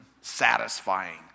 satisfying